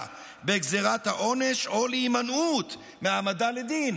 בגזרת העונש או בהימנעות מהעמדה לדין.